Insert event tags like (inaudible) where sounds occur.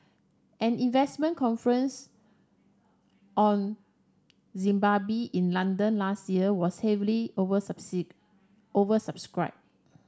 an investment conference on Zimbabwe in London last week was heavily (unintelligible) oversubscribed